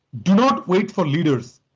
do not wait for leaders,